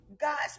God's